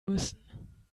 müssen